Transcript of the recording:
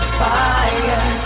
fire